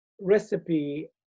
recipe